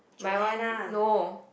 mine one no